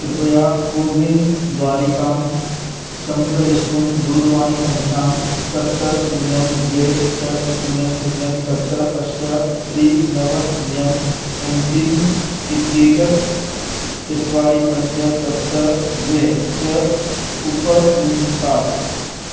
कृपया कोविन् द्वारिकां सम्प्रवेष्टुं दूरवाणिसङ्ख्यां सप्त शून्यं द्वे षट् शून्यं शून्यं सप्त अष्ट त्रि नव शून्यम् एम् पिन् इत्येतत् चत्वारि पञ्च सप्त द्वे च उपयुङ्क्तात्